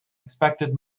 expected